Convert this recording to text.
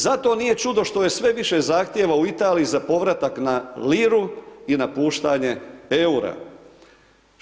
Zato nije čudo što je sve više zahtjeva u Italiji za povratak na liru, i napuštanje EUR-a.